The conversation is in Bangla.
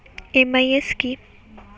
এম.আই.এস কি?